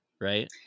Right